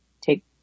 take